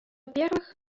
первых